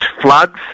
floods